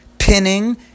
pinning